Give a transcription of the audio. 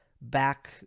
back